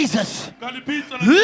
Jesus